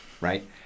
right